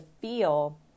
feel